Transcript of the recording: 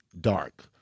dark